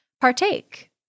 partake